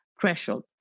threshold